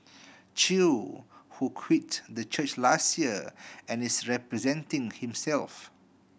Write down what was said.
chew who quit the church last year and is representing himself